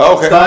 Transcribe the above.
Okay